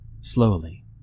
slowly